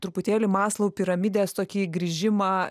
a truputėlį maslou piramidės tokį grįžimą